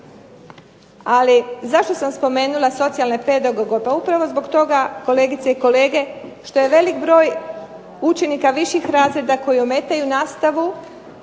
Ali zašto sam spomenula socijalne pedagoge, pa upravo zbog toga kolegice i kolege što je velik broj učenika viših razreda koji ometaju nastavu.